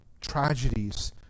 tragedies